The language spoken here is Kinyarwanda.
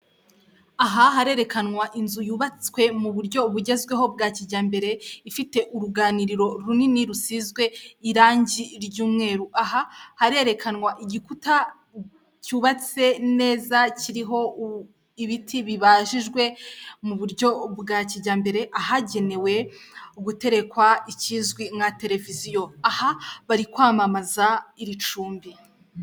Aha harerekanwa inzu yubatswe mu buryo bugezweho bwa kijyambere, ifite urunganiriro runini rusizwe irangi ry'umweru. Aha harerekanwa igikuta cyubatse neza kiriho ibiti bibajijwe mu buryo bwa kijyambere, ahagenewe guterekwa ikizwi nka tereviziyo. Aha bari kwamamaza iri cumbi.